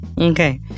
Okay